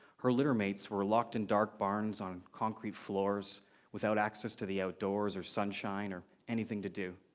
her littermates were locked in dark barns on concrete floors without access to the outdoors or sunshine or anything to do.